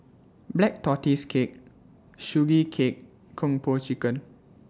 Black Tortoise Cake Sugee Cake Kung Po Chicken